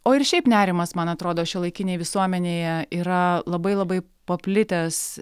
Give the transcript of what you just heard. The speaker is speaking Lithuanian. o ir šiaip nerimas man atrodo šiuolaikinėj visuomenėje yra labai labai paplitęs